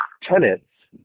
tenants